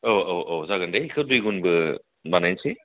औ औ औ जागोन दे बेखौ दुइ गुनबो बानायनोसै